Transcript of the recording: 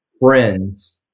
friends